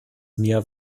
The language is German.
mir